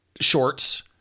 shorts